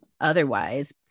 otherwise